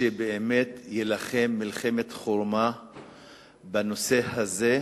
שיילחם באמת מלחמת חורמה בנושא הזה,